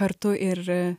kartu ir